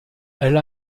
elle